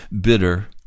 bitter